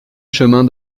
chemin